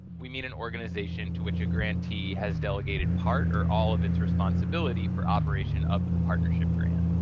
we mean an organization to which a grantee has delegated part or all of its responsibility for operation of the partnership grant.